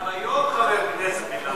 גם היום חבר כנסת מן המעולים.